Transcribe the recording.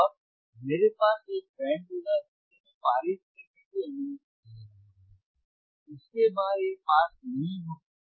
और मेरे पास एक बैंड होगा जिसे मैं पारित करने की अनुमति दे रहा हूं इसके बाहर यह पास नहीं हो सकता है